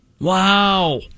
wow